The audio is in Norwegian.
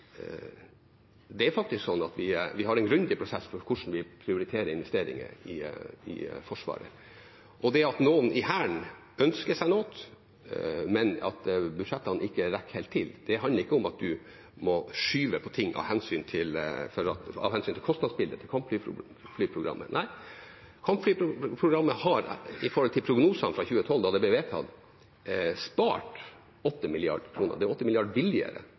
Det er faktisk sånn at vi har en grundig prosess for hvordan vi prioriterer investeringer i Forsvaret. At noen i Hæren ønsker seg noe, men at budsjettene ikke rekker helt til, handler ikke om at man må skyve på ting av hensyn til kostnadsbildet på kampflyprogrammet. Nei, kampflyprogrammet har i forhold til prognosene fra 2012, da det ble vedtatt, spart 8 mrd. kr. Det er